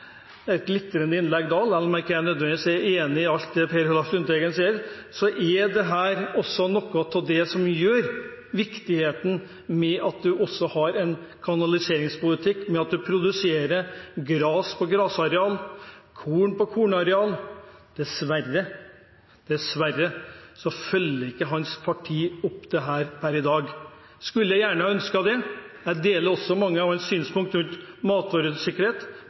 et glitrende innlegg da også. Selv om jeg ikke nødvendigvis er enig i alt det Per Olaf Lundteigen sier, er dette noe av det som gjør det viktig at man har en kanaliseringspolitikk, at man produserer gress på gressareal og korn på kornareal. Dessverre følger ikke hans parti opp dette per i dag. Jeg skulle gjerne ønsket det. Jeg deler også mange av hans synspunkt rundt